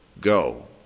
go